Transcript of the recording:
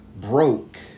broke